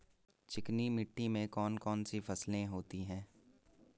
चिकनी मिट्टी में कौन कौन सी फसलें होती हैं?